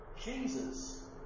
Jesus